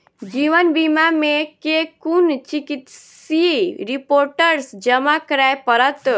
जीवन बीमा मे केँ कुन चिकित्सीय रिपोर्टस जमा करै पड़त?